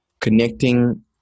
connecting